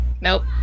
Nope